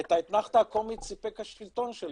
את האתנחתא הקומית סיפק השלטון שלנו.